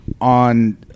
on